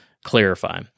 clarify